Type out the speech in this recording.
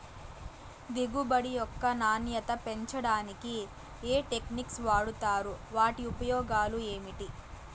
దిగుబడి యొక్క నాణ్యత పెంచడానికి ఏ టెక్నిక్స్ వాడుతారు వాటి ఉపయోగాలు ఏమిటి?